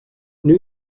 new